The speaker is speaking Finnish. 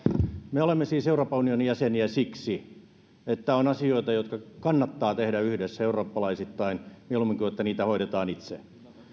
me olemme siis euroopan unionin jäseniä siksi että on asioita jotka kannattaa tehdä yhdessä eurooppalaisittain mieluummin kuin että niitä hoidetaan itse